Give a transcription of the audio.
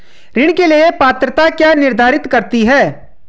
ऋण के लिए पात्रता क्या निर्धारित करती है?